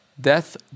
death